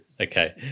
Okay